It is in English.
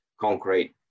concrete